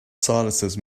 silences